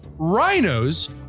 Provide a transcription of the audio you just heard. Rhinos